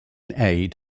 aid